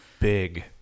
big